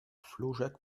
flaujac